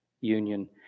union